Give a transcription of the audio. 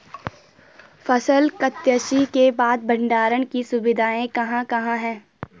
फसल कत्सी के बाद भंडारण की सुविधाएं कहाँ कहाँ हैं?